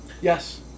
Yes